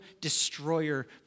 destroyer